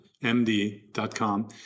MD.com